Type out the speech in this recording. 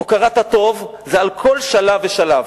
הוקרת הטוב, זה על כל שלב ושלב,